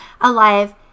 alive